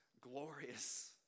glorious